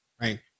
right